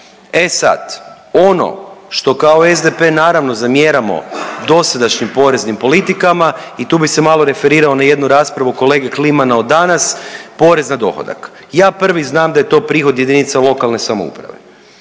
E sad, ono što kao SDP naravno, zamjeramo dosadašnjim poreznim politikama i tu bi se malo referirao na jednu raspravu kolege Klimana od danas, porez na dohodak. Ja prvi znam da je to prihod jedinica lokalne samouprave.